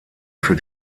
für